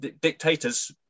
dictators